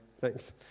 Thanks